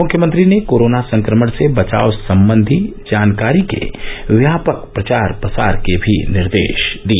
मुख्यमंत्री ने कोरोना संक्रमण से बचाव संबंधी जानकारी के व्यापक प्रचार प्रसार के भी निर्देश दिए